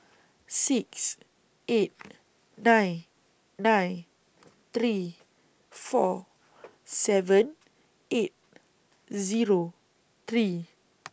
six eight nine nine three four seven eight Zero three